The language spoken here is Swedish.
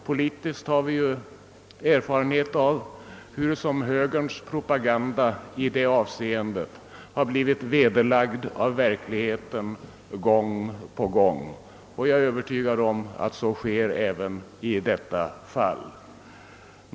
Politiskt har vi ju erfarenhet av hur högerns propaganda i det avseendet gång på gång blivit vederlagd av verkligheten, och jag är övertygad om att så kommer att ske även i detta fall.